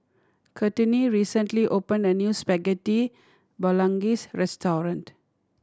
Courtney recently opened a new Spaghetti Bolognese restaurant